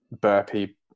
burpee